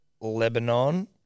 Lebanon